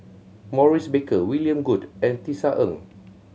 Maurice Baker William Goode and Tisa Ng